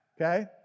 okay